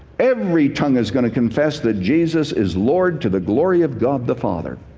every tongue is going to confess that jesus is lord to the glory of god the father.